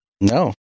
No